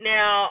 Now